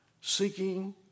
seeking